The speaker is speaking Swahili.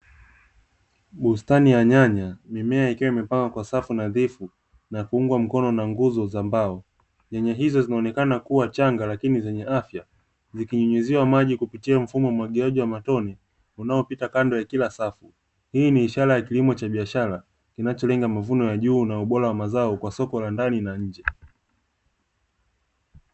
Bustani ya nyanya mimea ikiwa imepangwa kwa safu nadhifu nakuungwa mkono na nguzo za mbao nyanya hizo zinaonekana kuwa changa lakini zenye afya, zikinyunyuziwa maji kupitia mfumo wa umwagiliaji wa matone, unaopita kando ya kila safu. Hii ni ishara ya kilimo cha biashara kinacholenga mavuno ya juu na ubora wa mazao kwa soko la ndani na nje.